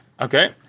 Okay